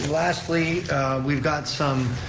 lastly we've got some,